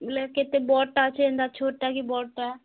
ବୋଲେ କେତେ ବଡ଼ଟା ଅଛେ ଏନ୍ତା ଛୋଟଟା କି ବଡ଼ଟା